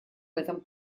этом